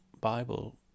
Bible